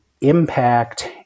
impact